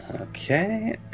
Okay